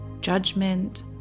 judgment